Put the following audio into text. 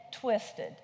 twisted